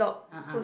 a'ah